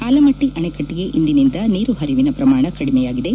ಆಲಮಟ್ಟಿ ಅಣೆಕಟ್ಟಿಗೆ ಇಂದಿನಿಂದ ನೀರು ಹರಿವಿನ ಪ್ರಮಾಣ ಕಡಿಮೆಯಾಗಿದೆ